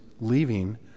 leaving